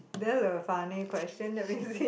that's a funny question let me see